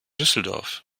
düsseldorf